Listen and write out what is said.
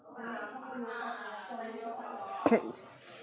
can